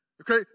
Okay